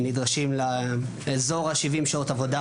הם נדרשים לאזור ה-70 שעות עבודה